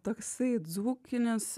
toksai dzūkinis